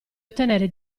ottenere